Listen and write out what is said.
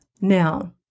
Now